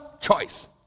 choice